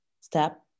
step